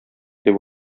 дип